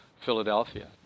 Philadelphia